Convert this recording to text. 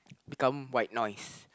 become white noise